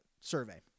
survey